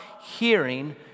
hearing